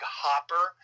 hopper